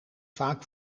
vaak